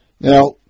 Now